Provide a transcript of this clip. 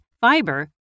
fiber